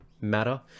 matter